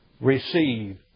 receive